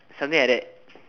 something like that